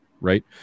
right